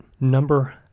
Number